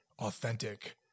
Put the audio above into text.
authentic